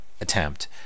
attempt